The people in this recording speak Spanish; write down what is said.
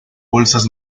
bolsas